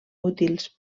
útils